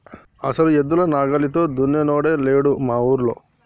అసలు ఎద్దుల నాగలితో దున్నినోడే లేడు మా ఊరిలో